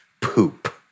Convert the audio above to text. poop